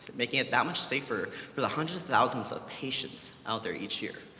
making it that much safer for the hundred thousands of patients out there each year.